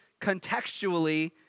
contextually